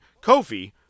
Kofi